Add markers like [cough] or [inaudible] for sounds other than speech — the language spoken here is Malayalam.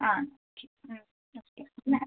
ആ ഓക്കേ [unintelligible]